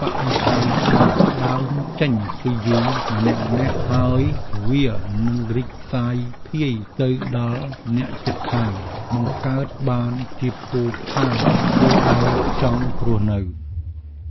បរិស្ថានស្អាតផ្តើមចេញពីយើងម្នាក់ៗ ហើយវានឹងរីកសាយភាយទៅដល់អ្នកជិតខាងបង្កើតបានជាភូមិឋានគួរឱ្យចង់រស់នៅ។